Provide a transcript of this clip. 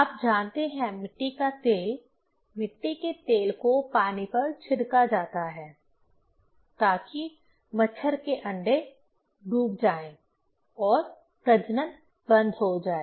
आप जानते हैं मिट्टी का तेल मिट्टी के तेल को पानी पर छिड़का जाता है ताकि मच्छर के अंडे डूब जाएं और प्रजनन बंद हो जाए